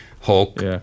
Hulk